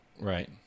Right